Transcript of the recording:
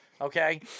Okay